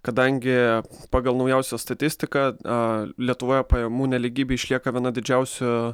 kadangi pagal naujausią statistiką lietuvoje pajamų nelygybė išlieka viena didžiausių